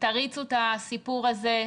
תריצו את הסיפור הזה.